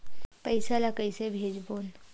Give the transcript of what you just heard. पईसा ला कइसे भेजबोन?